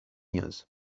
news